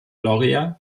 gloria